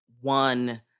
one